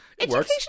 Education